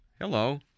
Hello